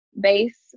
base